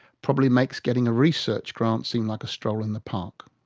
probably makes getting a research grant seem like a stroll in the park.